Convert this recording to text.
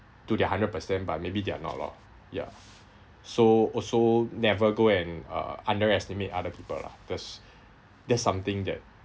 to their hundred percent but maybe they're not loh ya so also never go and uh underestimate other people lah that's that's something that